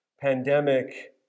pandemic